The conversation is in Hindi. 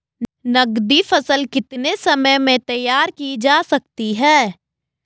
नगदी फसल कितने समय में तैयार की जा सकती है?